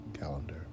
calendar